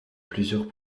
plusieurs